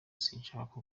sinshaka